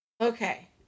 Okay